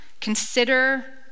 Consider